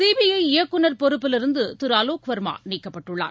CBI இயக்குநர் பொறுப்பிலிருந்து திரு அலோக் வர்மா நீக்கப்பட்டுள்ளார்